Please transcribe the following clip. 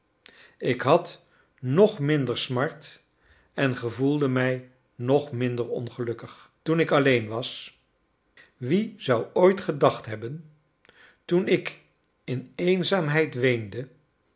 ik had nog minder smart en gevoelde mij nog minder ongelukkig toen ik alleen was wie zou ooit gedacht hebben toen ik in eenzaamheid weende